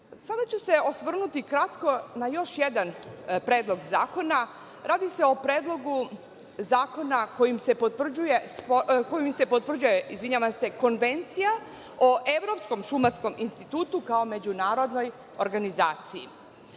ću se osvrnuti kratko na još jedan predlog zakona. Radi se o Predlogu zakona kojim se potvrđuje Konvencija o Evropskom šumarskom institutu kao međunarodnoj organizaciji.